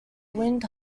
wind